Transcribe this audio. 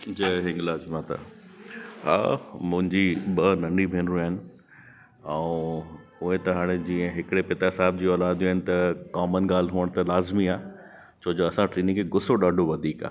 जय हिंगलाज माता अ मुंहिंजी ॿ नंढियूं भेनरूं आहिनि ऐं उहे त हाणे हिकिड़े पिता साहिब जी औलादूं आहिनि त कॉमन ॻाल्हि हुअण त लाज़मी आ छो जो असां टिनिनि खे गुसो ॾाढो वधीक आहे